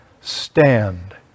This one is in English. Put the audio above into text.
stand